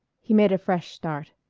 he made a fresh start.